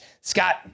Scott